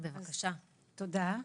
תודה.